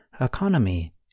economy